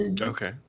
Okay